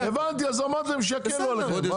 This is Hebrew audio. הבנתי, אז אמרתי להם שיקלו עליכם.